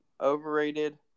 Overrated